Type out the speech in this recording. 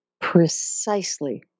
precisely